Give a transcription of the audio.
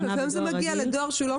וזה מגיע לדואר שהוא לא מקבל.